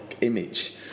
image